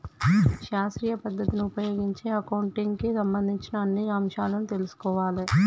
శాస్త్రీయ పద్ధతిని ఉపయోగించి అకౌంటింగ్ కి సంబంధించిన అన్ని అంశాలను తెల్సుకోవాలే